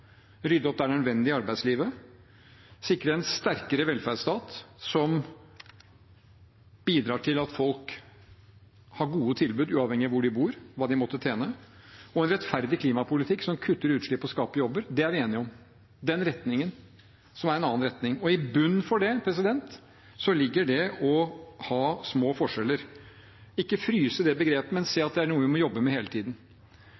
rydde opp der det er nødvendig i arbeidslivet, sikre en sterkere velferdsstat som bidrar til at folk har gode tilbud uavhengig av hvor de bor, og hva de måtte tjene, og en rettferdig klimapolitikk som kutter utslipp og skaper jobber – den retningen, som er en annen retning. I bunnen for det ligger det å ha små forskjeller – ikke fryse det begrepet, men se at det er noe vi må jobbe med hele tiden.